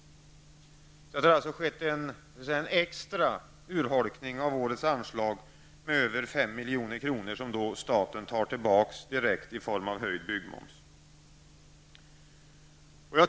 Det har alltså skett en extra urholkning av årets anslag med över 5 milj.kr. som staten tar tillbaka direkt i form av höjd byggmoms.